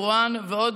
רואן ועוד